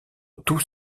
tous